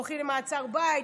הולכים למעצר בית,